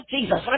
Jesus